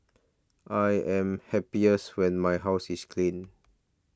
I am happiest when my house is clean